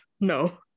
No